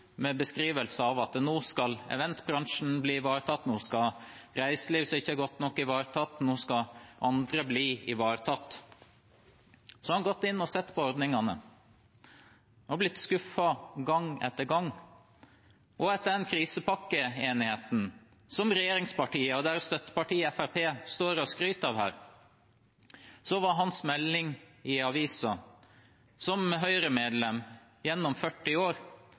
med beskrivelse av at nå skal eventbransjen bli ivaretatt, nå skal reiseliv, som ikke har blitt godt nok ivaretatt, og andre bli ivaretatt. Så har han gått inn og sett på ordningene og blitt skuffet gang etter gang. Etter krisepakkeenigheten som regjeringspartiene og deres støtteparti Fremskrittspartiet står og skryter av her, var hans melding i avisen – som Høyre-medlem gjennom 40 år